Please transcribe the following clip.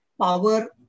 power